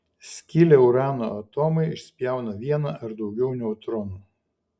skilę urano atomai išspjauna vieną ar daugiau neutronų